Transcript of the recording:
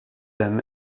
them